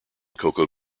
cocoa